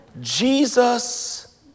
Jesus